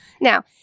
Now